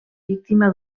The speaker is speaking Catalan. víctima